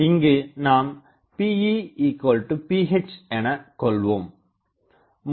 இங்கு நாம் Pe Ph எனகொள்வோம்